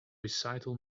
recital